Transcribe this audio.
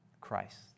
Christ